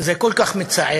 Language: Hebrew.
וזה כל כך מצער.